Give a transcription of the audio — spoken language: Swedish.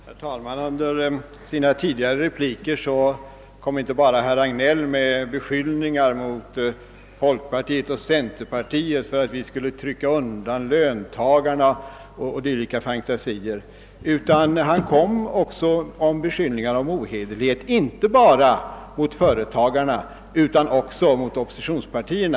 Herr talman! Under sina tidigare repliker kom herr Hagnell inte bara med beskyllningar mot folkpartiet och centerpartiet för att de skulle undertrycka löntagarna och dylika fantasier utan framförde också beskyllningar om ohederlighet inte blott mot företagarna utan även mot oppositionspartierna.